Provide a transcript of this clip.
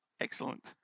Excellent